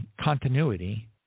continuity